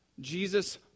Jesus